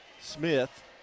Smith